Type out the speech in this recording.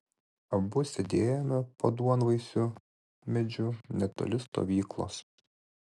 abu sėdėjome po duonvaisiu medžiu netoli stovyklos